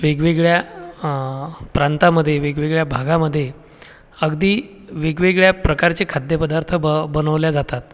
वेगवेगळ्या प्रांतामध्ये वेगवेगळ्या भागामध्ये अगदी वेगवेगळ्या प्रकारचे खाद्यपदार्थ ब बनवले जातात